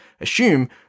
assume